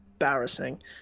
Embarrassing